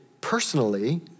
personally